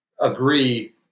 agree